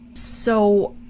so,